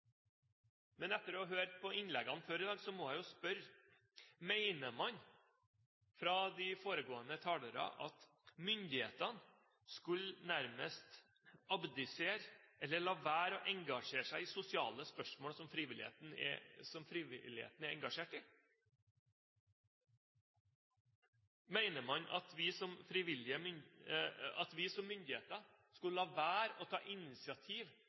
Men etter å ha hørt på innleggene før i dag må jeg spørre: Mener man – de foregående talere – at myndighetene nærmest skulle abdisere eller la være å engasjere seg i sosiale spørsmål som frivilligheten er engasjert i? Mener man at vi som myndighet skulle la være å ta initiativ